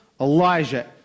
Elijah